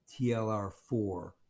TLR4